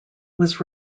was